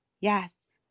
Yes